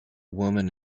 woman